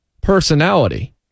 personality